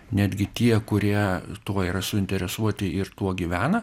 netgi tie kurie tuo yra suinteresuoti ir tuo gyvena